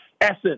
Essence